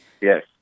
Yes